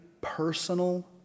personal